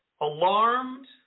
alarmed